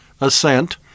assent